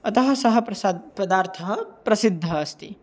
अतः सः प्रसादः पदार्थः प्रसिद्धः अस्ति